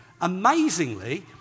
amazingly